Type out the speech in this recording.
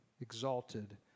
exalted